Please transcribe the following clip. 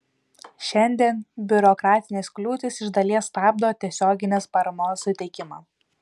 šiandien biurokratinės kliūtys iš dalies stabdo tiesioginės paramos suteikimą